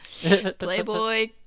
Playboy